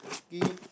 give